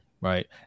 right